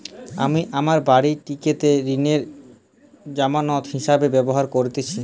আমি আমার বাড়িটিকে ঋণের জামানত হিসাবে ব্যবহার করেছি